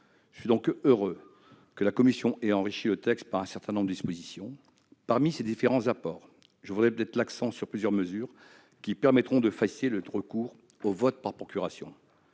Je suis donc heureux que la commission ait enrichi le texte par un certain nombre de dispositions. À cet égard, je mettrai l'accent sur plusieurs mesures permettant de faciliter le recours au vote par procuration.